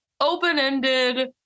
Open-ended